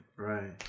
Right